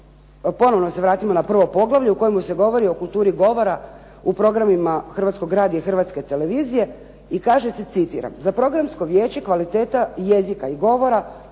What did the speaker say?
ponovno se vratimo na prvo poglavlje u kojemu se govori o kulturi govora u programi Hrvatskog radija i Hrvatske televizije i kaže se, citiram: "za Programsko vijeće kvaliteta jezika i govora